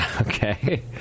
Okay